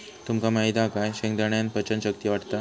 तुमका माहित हा काय शेंगदाण्यान पचन शक्ती वाढता